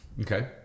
Okay